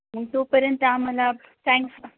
मग तोपर्यंत आम्हाला टँक्स